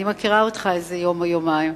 אני מכירה אותך איזה יום או יומיים.